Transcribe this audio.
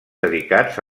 dedicats